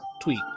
tweet